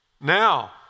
now